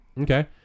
okay